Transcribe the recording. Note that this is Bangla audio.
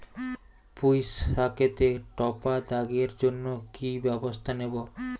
পুই শাকেতে টপা দাগের জন্য কি ব্যবস্থা নেব?